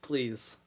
Please